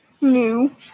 new